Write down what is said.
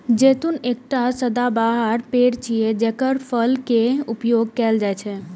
जैतून एकटा सदाबहार पेड़ छियै, जेकर फल के उपयोग कैल जाइ छै